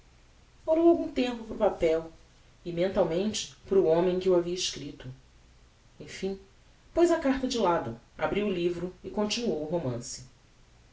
olhou algum tempo para o papel e mentalmente para o homem que o havia escripto emfim poz a carta de lado abriu o livro e continuou o romance